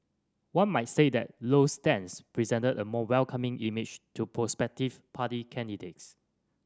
one might say that Lowe's stance presented a more welcoming image to prospective party candidates